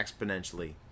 exponentially